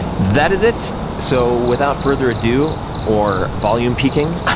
that is it. so without further ado, or volume peaking,